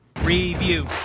Review